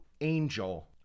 Angel